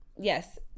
yes